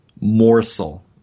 morsel